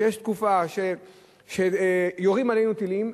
כשיש תקופה שיורים עלינו טילים,